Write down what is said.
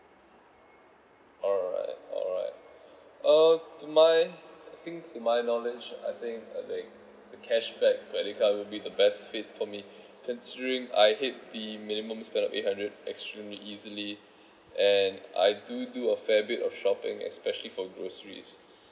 alright alright uh to my I think to my knowledge I think the the cash back credit card will be the best fit for me considering I hit the minimum spend of eight hundred extremely easily and I do do a fair bit of shopping especially for groceries